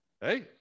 Hey